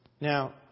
Now